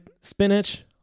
spinach